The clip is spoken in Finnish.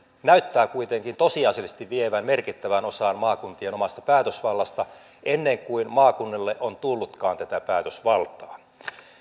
näyttää kuitenkin tosiasiallisesti vievän merkittävän osan maakuntien omasta päätösvallasta ennen kuin maakunnille on tullutkaan tätä päätösvaltaa